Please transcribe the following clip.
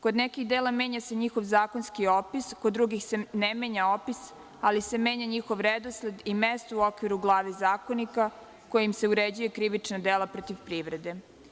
Kod nekih dela menja se njihov zakonski opis, kod drugih se ne menja opis, ali se menja njihov redosled i mesto u okviru glave Zakonika kojim se uređuje krivično delo protiv privrede.